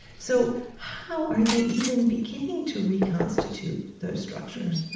so how are they even beginning to reconstitute those structures,